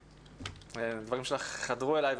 והדברים שלך חדרו אליי,